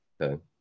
okay